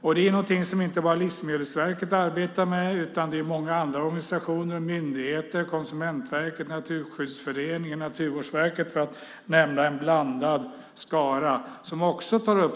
Detta är någonting som inte bara Livsmedelsverket arbetar med, utan det är många andra organisationer och myndigheter som också tar upp de här frågorna. Det är till exempel Konsumentverket, Naturskyddsföreningen och Naturvårdsverket - för att nämna en blandad skara. Livsmedelsverket har